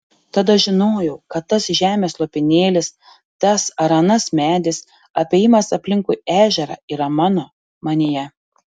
tada žinojau kad tas žemės lopinėlis tas ar anas medis apėjimas aplinkui ežerą yra mano manyje